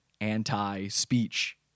anti-speech